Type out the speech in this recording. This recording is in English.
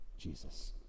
Jesus